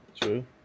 True